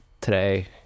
today